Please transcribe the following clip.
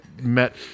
met